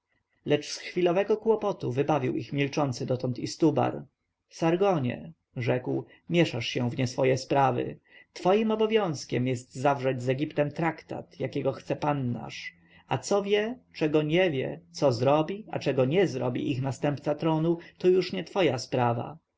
lecz z chwilowego kłopotu wybawił ich milczący dotychczas istubar sargonie rzekł mieszasz się w nieswoje sprawy twoim obowiązkiem jest zawrzeć z egiptem traktat jakiego chce pan nasz a co wie czego nie wie co zrobi a czego nie zrobi ich następca tronu to już nie twoja sprawa